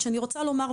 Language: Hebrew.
כי יש כאן הרבה מאוד